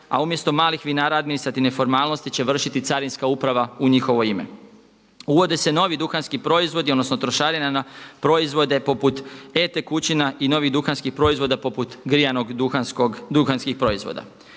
a umjesto malih vinara administrativne formalnosti će vršiti carinska uprava u njihovo ime. Uvode se novi duhanski proizvodi, odnosno trošarine na proizvode poput e-tekućina i novih duhanskih proizvoda poput grijanih duhanskih proizvoda.